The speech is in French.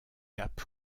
cap